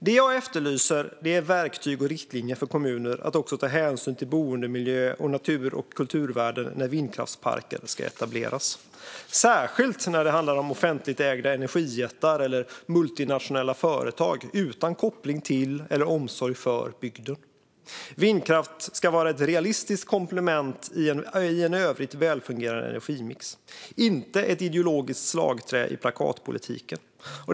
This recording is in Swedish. Det jag efterlyser är verktyg och riktlinjer för kommuner att också ta hänsyn till boendemiljöer och natur och kulturvärden när vindkraftsparker ska etableras, särskilt när det handlar om offentligt ägda energijättar eller multinationella företag utan koppling till eller omsorg om bygden. Vindkraft ska vara ett realistiskt komplement i en i övrigt välfungerande energimix, inte ett ideologiskt slagträ i plakatpolitiken.